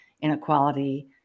inequality